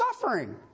suffering